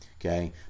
okay